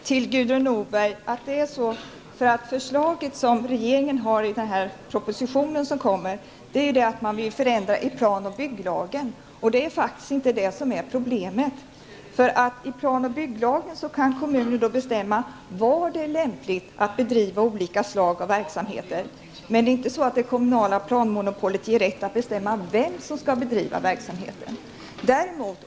Herr talman! Regeringens förslag i den proposition som kommer är att vi skall förändra plan och bygglagen. Det är faktiskt inte den som är problemet. Med stöd av plan och bygglagen kan kommuner bestämma var det är lämpligt att bedriva olika slag av verksamheter, men det kommunala planmonopolet ger inte kommunerna rätt att bestämma vem som kan bedriva verksamheten.